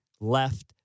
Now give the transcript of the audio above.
left